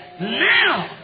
now